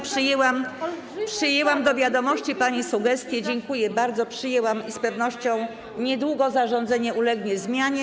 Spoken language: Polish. Przyjęłam do wiadomości pani sugestie, dziękuję bardzo, przyjęłam je i z pewnością niedługo zarządzenie ulegnie zmianie.